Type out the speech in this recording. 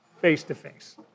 face-to-face